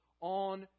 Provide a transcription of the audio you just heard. on